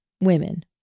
Women